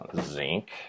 Zinc